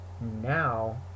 now